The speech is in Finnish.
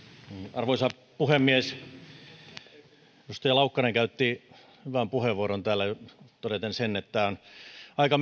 arvoisa puhemies edustaja laukkanen käytti hyvän puheenvuoron täällä todeten sen että on aika